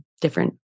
different